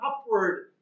upward